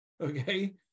okay